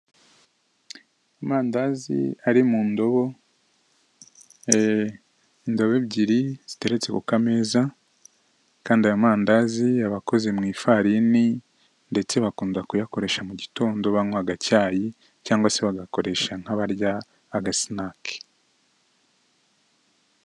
Amandazi ari mu ndobo, ee! indobo ebyiri ziteretse ku kameza kandi ayo mandazi aba akoze mu ifarini, ndetse bakunda kuyakoresha mu gitondo banywa agacyayi, cyangwa se bagakoresha nk'abarya agasinake.